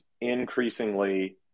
increasingly